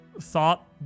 thought